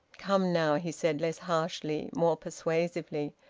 come, now, he said less harshly, more persuasively.